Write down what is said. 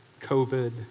COVID